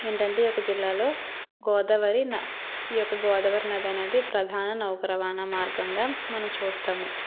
ఏంటంటే ఈ యొక్క జిల్లాలో గోదావరి న ఈ యొక్క గోదావరి నదనేది ప్రధాన నౌక రవాణా మార్గంగా మనం చూస్తాము